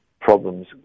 problems